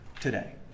today